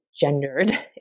gendered